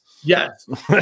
Yes